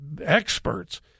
experts